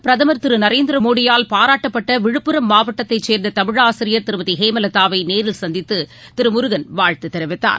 பிரதமர் திருநரேந்திரமோடியால் பாராட்டப்பட்டவிழுப்புரம் முன்னதாக மாவட்டத்தைச் சேர்ந்ததமிழாசிரியர் திருமதிஹேமலதாவைநேரில் சந்தித்துதிருமுருகன் வாழ்த்ததெரிவித்தார்